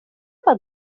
vill